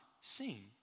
seen